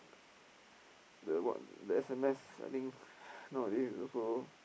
the what the S_M_S I think nowadays also